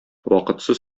вакытсыз